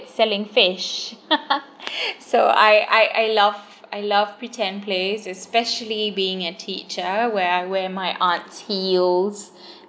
selling fish so I I I love I love pretend plays especially being a teacher where I wear my arch heels